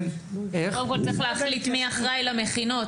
קודם כל צריך להחליט מי אחראי למכינות.